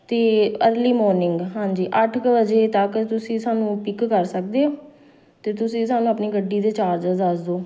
ਅਤੇ early morning ਹਾਂਜੀ ਅੱਠ ਕੁ ਵਜੇ ਤੱਕ ਤੁਸੀਂ ਸਾਨੂੰ ਪਿੱਕ ਕਰ ਸਕਦੇ ਹੋ ਅਤੇ ਤੁਸੀਂ ਸਾਨੂੰ ਆਪਣੀ ਗੱਡੀ ਦੇ ਚਾਰਜ਼ਸ ਦੱਸ ਦਿਉ